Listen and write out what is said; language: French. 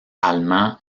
allemand